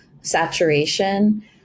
saturation